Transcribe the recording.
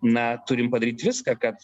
na turim padaryt viską kad